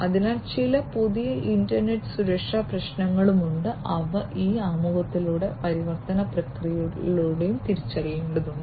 അതിനാൽ ചില പുതിയ ഇന്റർനെറ്റ് സുരക്ഷാ പ്രശ്നങ്ങളുണ്ട് അവ ഈ ആമുഖത്തിലൂടെയും പരിവർത്തന പ്രക്രിയയിലൂടെയും തിരിച്ചറിയേണ്ടതുണ്ട്